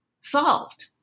solved